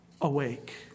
awake